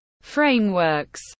frameworks